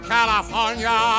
California